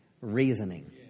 Reasoning